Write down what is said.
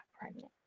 pregnant